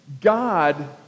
God